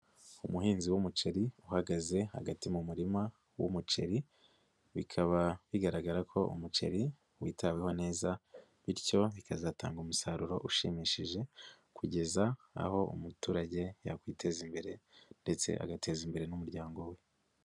Umuhinzi w'umuceri uhagaze hagati mu murima w'umuceri, bikaba bigaragara ko umuceri witaweho neza, bityo bikazatanga umusaruro ushimishije kugeza aho umuturage yakwiteza imbere ndetse agateza imbere n'umuryango we.